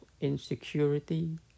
insecurity